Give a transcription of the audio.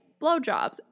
blowjobs